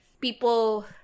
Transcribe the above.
People